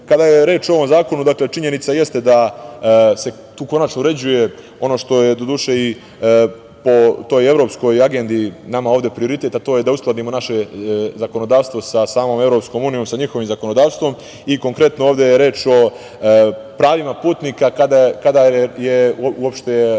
je reč o ovom zakonu, činjenica jeste da se tu konačno uređuje ono što je doduše i po toj evropskoj agendi nama ovde prioritet, a to je da uskladimo naše zakonodavstvo sa samom EU, sa njihovim zakonodavstvom. Konkretno ovde je reč o pravima putnika kada je uopšte